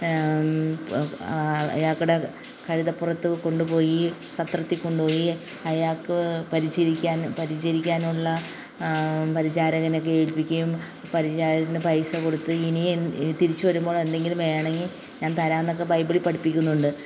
അയാക്കടെ കഴുതപ്പുറത്ത് കൊണ്ട് പോയി സത്രത്തിൽ കൊണ്ടുപോയി അയാൾക്ക് പരിചരിക്കാനും പരിചരിക്കാനുള്ള പരിചാരകനെയൊക്കെ ഏൽപ്പിക്കുകയും പരിചാരകന് പൈസ കൊടുക്കുകയും ഇനിയും തിരിച്ച് വരുമ്പോളെന്തെങ്കിലും വേണമെങ്കിൽ ഞാൻ താരാമെന്നൊക്കെ ബൈബിളിൽ പഠിപ്പിക്കുന്നുണ്ട്